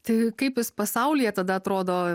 tai kaip jis pasaulyje tada atrodo